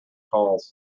calls